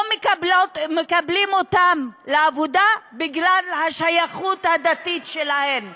לא מקבלים אותן לעבודה בגלל השייכות הדתית שלהן.